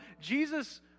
Jesus